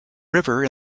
river